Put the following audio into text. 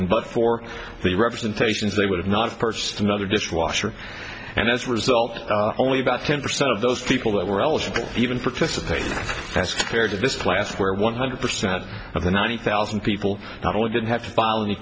and but for the representations they would have not purchased another dishwasher and as a result only about ten percent of those people that were eligible even participated as compared to this class where one hundred percent of the ninety thousand people not only didn't have to f